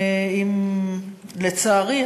לצערי,